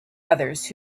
others